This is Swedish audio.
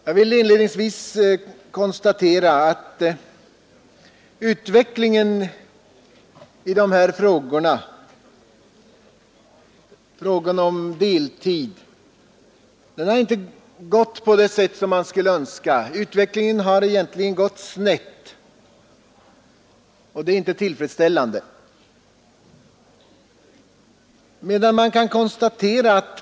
Jag vill inledningsvis konstatera att utvecklingen när det gäller deltidsarbete inte har varit den man skulle önska — utvecklingen har egentligen gått snett, och det är inte tillfredsställande.